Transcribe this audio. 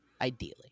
ideally